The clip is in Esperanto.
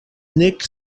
nek